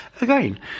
again